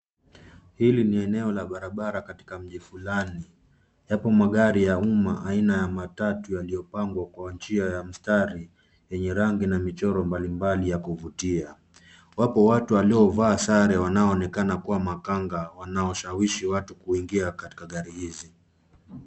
Hili ni eneo la barabara katika mji fulani. Yapo magari ya umma aina ya matatu yaliyopangwa kwa njia ya mstari zenye rangi na michoro mbalimbali ya kuvutia. Wapo watu waliovaa sare wanaonekana kuwa makanga wanaoshawishi watu kuingia katika gari hizi.